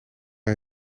hij